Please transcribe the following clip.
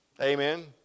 amen